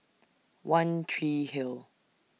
one Tree Hill